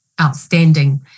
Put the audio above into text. outstanding